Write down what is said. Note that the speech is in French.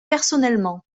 personnellement